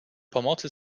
pomocy